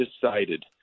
decided